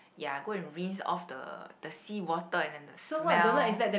ya go and rinse off the the seawater and the smell